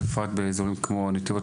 בפרט באזורים כמו נתיבות,